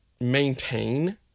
maintain